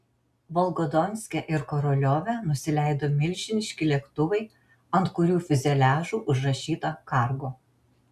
volgodonske ir koroliove nusileido milžiniški lėktuvai ant kurių fiuzeliažų užrašyta kargo